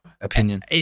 opinion